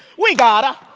we've got to